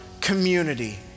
community